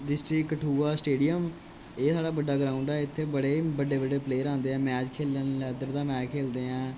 district Kathua stadium एह् साढ़ा बड़ा ग्रोउड ऐ इत्थै बड़े बड्डे बड्डे प्लेर आंदे मैच खेलन लैदर मैच खेलदे ऐं